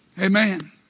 Amen